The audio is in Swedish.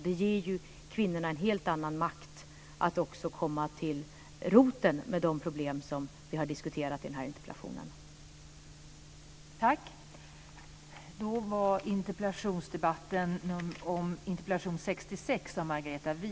Det ger ju kvinnorna en helt makt att också komma till roten med de problem som vi har diskuterat i den här interpellationsdebatten.